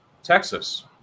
Texas